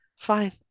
Fine